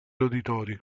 roditori